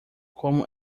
como